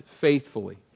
faithfully